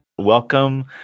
Welcome